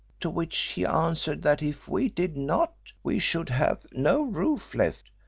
to which he answered that if we did not, we should have no roof left,